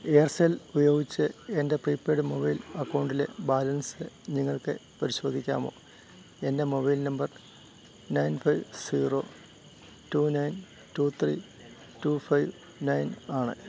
Aircel ഉപയോഗിച്ച് എൻ്റെ prepaid mobile അക്കൗണ്ടിലെ ബാലൻസ് നിങ്ങൾക്ക് പരിശോധിക്കാമോ എൻ്റെ mobile number nine five zero two nine two three two five nine ആണ്